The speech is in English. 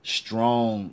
strong